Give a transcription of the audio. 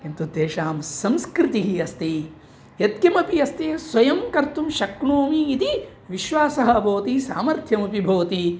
किन्तु तेषां संस्कृतिः अस्ति यत्किमपि अस्ति स्वयं कर्तुं शक्नोमि इति विश्वासः भवति सामर्थ्यमपि भवति